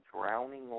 drowning